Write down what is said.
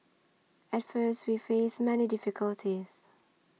at first we faced many difficulties